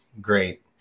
Great